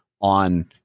on